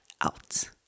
out